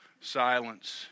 silence